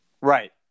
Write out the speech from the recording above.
Right